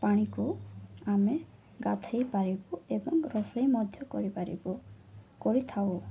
ପାଣିକୁ ଆମେ ଗାଧେଇ ପାରିବୁ ଏବଂ ରୋଷେଇ ମଧ୍ୟ କରିପାରିବୁ କରିଥାଉ